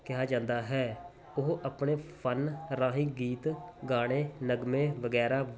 ਕਿਹਾ ਜਾਂਦਾ ਹੈ ਉਹ ਆਪਣੇ ਫਨ ਰਾਹੀਂ ਗੀਤ ਗਾਉਣੇ ਨਗਮੇ ਵਗੈਰਾ